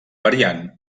variant